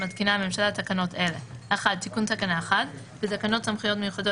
מתקינה הממשלה תקנות אלה: תיקון תקנה 1 1. בתקנות סמכויות מיוחדות